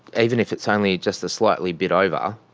even if it's only just a slightly bit over,